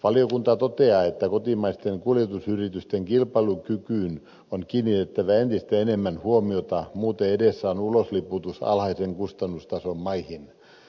valiokunta toteaa että kotimaisten kuljetusyritysten kilpailukykyyn on kiinnitettävä entistä enemmän huomiota muuten edessä on ulosliputus alhaisen kustannustason maihin